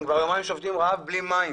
הם כבר יומיים שובתים רעב בלי מים